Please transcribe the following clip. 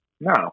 no